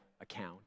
account